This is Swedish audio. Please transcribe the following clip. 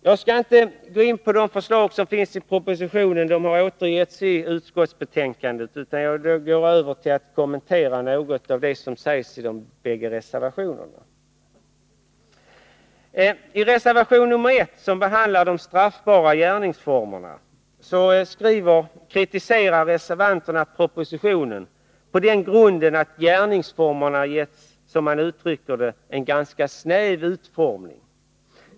Jag skall inte gå in på de förslag som finns i propositionen — de har återgetts i utskottsbetänkandet — utan jag vill gå över till att kommentera något av vad som krävs i de båda reservationerna. I reservation nr 1, som behandlar de straffbara gärningsformerna, kritiserar reservanterna propositionen på den grunden att gärningsformerna ges, som man uttrycker det, en ganska snäv utformning.